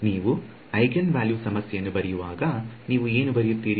ನೀವು ಐಜೆನ್ವಾಲ್ಯು ಸಮಸ್ಯೆಯನ್ನು ಬರೆಯುವಾಗ ನೀವು ಏನು ಬರೆಯುತ್ತೀರಿ